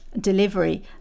delivery